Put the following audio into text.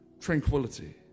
tranquility